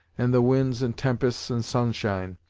and the winds and tempests, and sunshine,